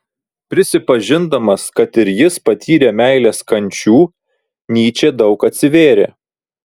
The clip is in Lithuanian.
prisipažindamas kad ir jis patyrė meilės kančių nyčė daug atsivėrė